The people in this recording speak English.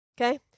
Okay